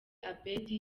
abedy